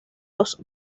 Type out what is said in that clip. los